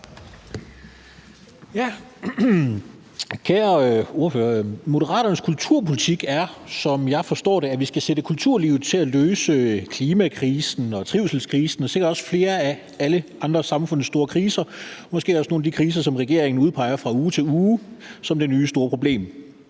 Moderaternes kulturpolitik er, som jeg forstår det, at vi skal sætte kulturlivet til at løse klimakrisen, trivselskrisen og sikkert også flere af samfundets andre store kriser, måske også nogle af de kriser, som regeringen udpeger fra uge til uge som det nye store problem.